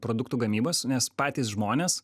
produktų gamybos nes patys žmonės